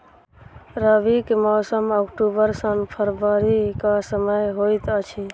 रबीक मौसम अक्टूबर सँ फरबरी क समय होइत अछि